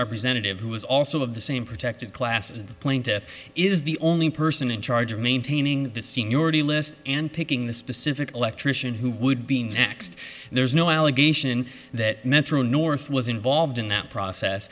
representative who was also of the same protected class and the plaintiff is the only person in charge of maintaining the seniority list and picking the specific electrician who would be next there's no allegation that metro north was involved in that process